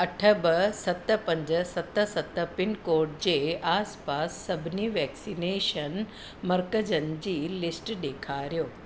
अठ ॿ सत पंज सत सत पिन कोड जे आसिपासि सभिनी वैक्सनेशन मर्कज़नि जी लिस्ट ॾेखारियो